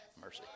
mercy